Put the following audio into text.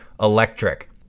electric